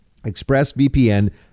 ExpressVPN